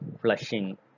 flushing